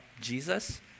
Jesus